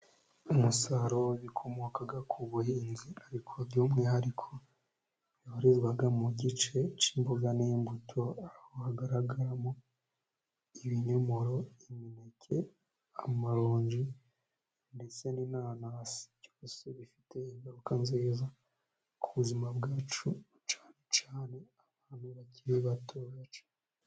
Umusaruro w'ibikomoka ku buhinzi ariko by'umwihariko ubarizwaga mu gice cy'imboga n'imbuto ,aho hagaragaramo ibinyomoro, imineke ,amaronji ndetse n'inanasi Byose bifite ingaruka nziza ku buzima bwacu cyane cyane abantu bakiri batoya cyane.